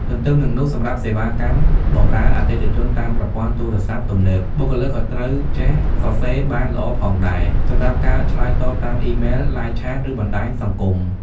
ទន្ទឹមនឹងនោះ សម្រាប់សេវាកម្មបម្រើអតិថិជនតាមប្រព័ន្ធទូរស័ព្ទទំនើប បុគ្គលិកក៏ត្រូវចេះសរសេរបានល្អផងដែរ សម្រាប់ការឆ្លើយតបតាមអ៊ីមែល Live Chat ឬបណ្ដាញសង្គម។